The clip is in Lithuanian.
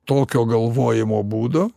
tokio galvojimo būdo